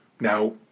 Now